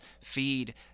feed